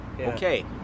okay